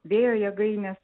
vėjo jėgaines